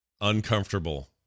uncomfortable